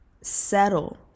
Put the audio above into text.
settle